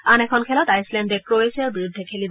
আন এখন খেলত আইচলেণ্ডে ক্ৰ'ৱেছিয়াৰ বিৰুদ্ধে খেলিব